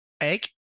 Egg